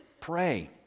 Pray